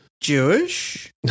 Jewish